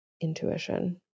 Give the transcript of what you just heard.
intuition